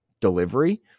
delivery